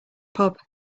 pub